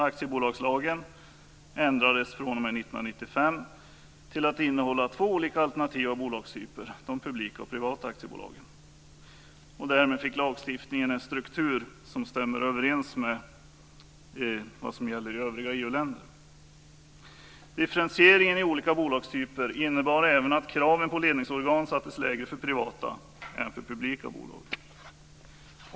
Aktiebolagslagen ändrades fr.o.m. 1995 till att innehålla två olika alternativa bolagstyper, de publika och de privata aktiebolagen. Därmed fick lagstiftningen en struktur som stämmer överens med vad som gäller i övriga EU-länder. Differentieringen i olika bolagstyper innebar även att kraven på ledningsorgan sattes lägre för privata än för publika bolag.